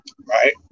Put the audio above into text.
right